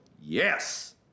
yes